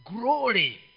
glory